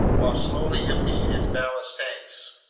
while slowly emptying its ballast tanks.